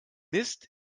mist